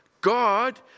God